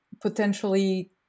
potentially